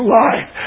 life